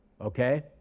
Okay